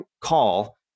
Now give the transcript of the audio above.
call